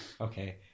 okay